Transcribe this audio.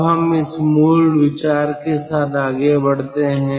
अब हम इस मूल विचार के साथ आगे बढ़ते हैं